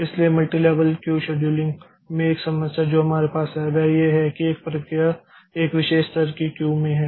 इसलिए multilevel queue scheduling में एक समस्या जो हमारे पास है वह यह है कि एक प्रक्रिया एक विशेष स्तर की क्यू में है